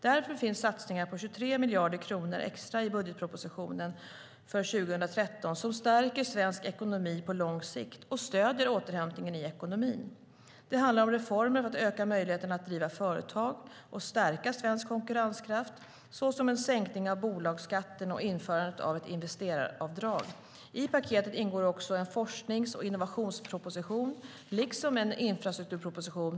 Därför finns satsningar på 23 miljarder kronor extra i budgetpropositionen för 2013 som stärker svensk ekonomi på lång sikt och stöder återhämtningen i ekonomin. Det handlar om reformer för att öka möjligheterna att driva företag och stärka svensk konkurrenskraft, såsom en sänkning av bolagsskatten och införandet av ett investeraravdrag. I paketet ingår också en forsknings och innovationsproposition liksom en infrastrukturproposition.